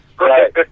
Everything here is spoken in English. Right